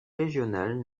régional